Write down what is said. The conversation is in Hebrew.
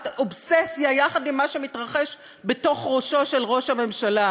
אובססיה יחד עם מה שמתרחש בתוך ראשו של ראש הממשלה?